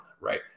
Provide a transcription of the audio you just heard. right